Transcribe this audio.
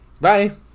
Bye